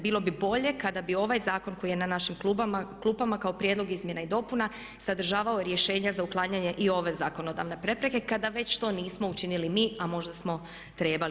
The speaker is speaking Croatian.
Bilo bi bolje kada bi ovaj Zakon koji je na našim klupama kao prijedlog izmjena i dopuna sadržavao rješenja za uklanjanje i ove zakonodavne prepreke kada već to nismo učinili mi a možda smo trebali.